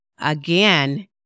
Again